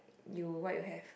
you what you have